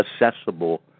accessible